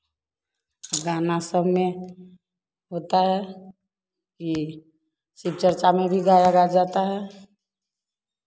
गाना सब में होता है की शिवचर्चा में भी गाया गा जाता है